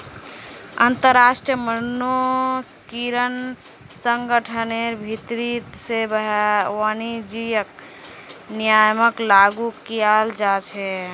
अंतरराष्ट्रीय मानकीकरण संगठनेर भीति से वाणिज्यिक नियमक लागू कियाल जा छे